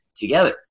together